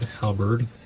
halberd